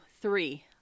three